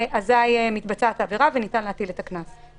אזי מתבצעת עבירה וניתן להטיל את הקנס.